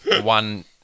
one